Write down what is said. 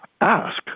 ask